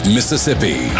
Mississippi